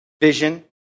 vision